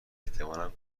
احتمالا